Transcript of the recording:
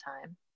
time